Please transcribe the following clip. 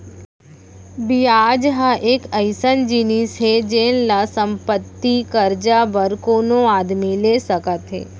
बियाज ह एक अइसन जिनिस हे जेन ल संपत्ति, करजा बर कोनो आदमी ले सकत हें